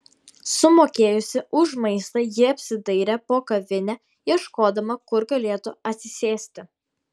sumokėjusi už maistą ji apsidairė po kavinę ieškodama kur galėtų atsisėsti